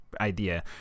idea